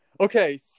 Okay